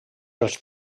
els